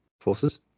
forces